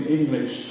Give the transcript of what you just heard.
English